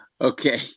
okay